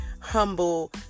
humble